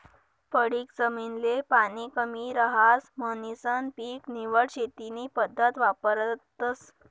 पडीक जमीन ले पाणी कमी रहास म्हणीसन पीक निवड शेती नी पद्धत वापरतस